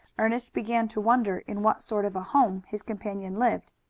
ernest began to wonder in what sort of a home his companion lived.